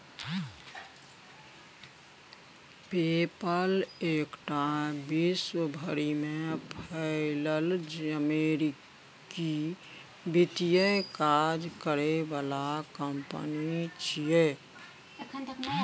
पे पल एकटा विश्व भरि में फैलल अमेरिकी वित्तीय काज करे बला कंपनी छिये